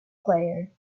player